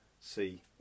see